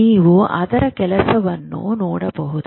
ನೀವು ಅದರ ಕೆಲಸವನ್ನು ನೋಡಬಹುದು